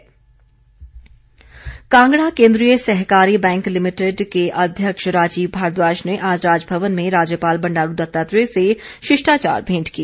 भेंट कांगड़ा केंद्रीय सहकारी बैंक लिमिटेड के अध्यक्ष राजीव भारद्वाज ने आज राजभवन में राज्यपाल बंडारू दत्तात्रेय से शिष्टाचार भेंट की